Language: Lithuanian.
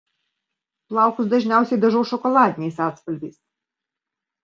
plaukus dažniausiai dažau šokoladiniais atspalviais